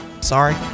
Sorry